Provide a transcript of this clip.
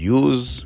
use